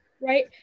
Right